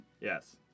Yes